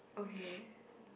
okay